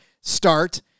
start